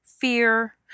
fear